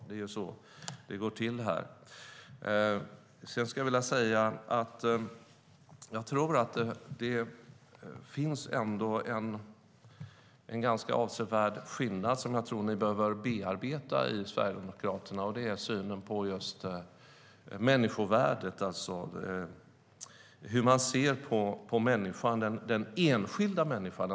Det är så det går till. Jag skulle också vilja säga att det finns en avsevärd skillnad som jag tror att ni i Sverigedemokraterna behöver bearbeta, och det är synen på just människovärdet, alltså hur man ser på den enskilda människan.